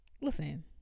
listen